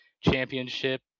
championship